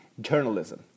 journalism